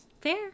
Fair